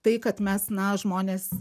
tai kad mes na žmonės